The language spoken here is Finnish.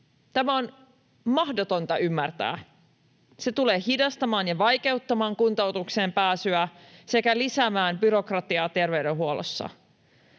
Tätä on mahdotonta ymmärtää. Se tulee hidastamaan ja vaikeuttamaan kuntoutukseen pääsyä sekä lisäämään byrokratiaa terveydenhuollossa.